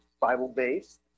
Bible-based